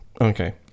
Okay